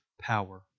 power